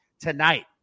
tonight